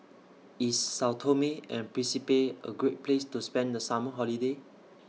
IS Sao Tome and Principe A Great Place to spend The Summer Holiday